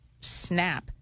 snap